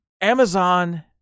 Amazon